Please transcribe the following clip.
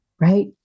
right